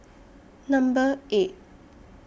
Number eight